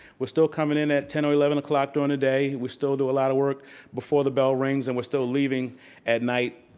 we're still coming in at ten or eleven o'clock during the day, we still do a lot of work before the bell rings, and we're still leaving at night,